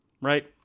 right